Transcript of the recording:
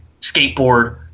skateboard